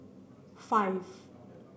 five